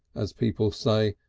as people say,